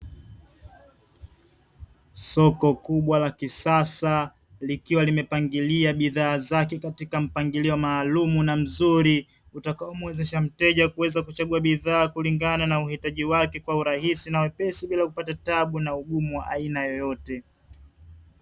Soko kubwa la kisasa likiwa limepangilia bidhaa zake katika mpangilio maalumu na mzuri, utakaomuwezesha mteja kuweza kuchagua bidhaa kulingana na uhitaji wake kwa urahisi na wepesi, bila kupata tabu na ugumu wa aina yoyote.